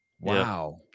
wow